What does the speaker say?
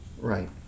Right